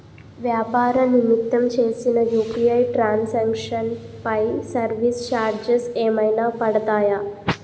వ్యాపార నిమిత్తం చేసిన యు.పి.ఐ ట్రాన్ సాంక్షన్ పై సర్వీస్ చార్జెస్ ఏమైనా పడతాయా?